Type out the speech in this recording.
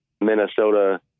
Minnesota